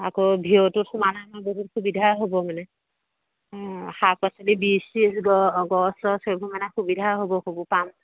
আকৌ ভিঅ'টোত সোমালে আমাৰ বহুত সুবিধা হ'ব মানে শাক পাচলি বিজ চিজ গছ সেইবোৰ মানে সুবিধা হ'ব সব পাম